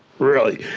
really,